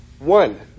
One